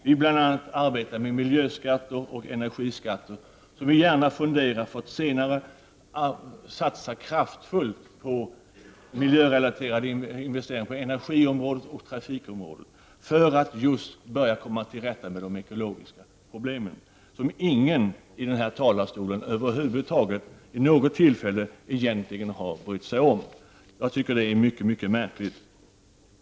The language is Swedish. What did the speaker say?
Vi vill arbeta med miljöskatter och energiskatter, och vi vill gärna senare satsa kraftfullt på miljörelaterade investeringar på energioch trafikområdet för att börja komma till rätta med de ekologiska problemen, som ingen i denna talarstol över huvud taget, vid något tillfälle, brytt sig om. Jag tycker det är mycket märkligt.